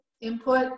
input